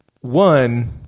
One